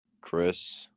chris